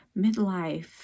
midlife